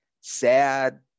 sad